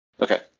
Okay